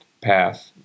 path